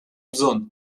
bżonn